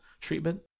treatment